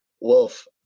Wolf